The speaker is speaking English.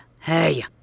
Hey